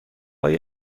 های